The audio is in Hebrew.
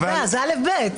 זה א'-ב'.